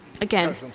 again